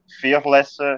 fearless